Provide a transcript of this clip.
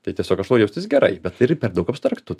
tai tiesiog aš noriu jaustis gerai bet tai yra per daug abstraktu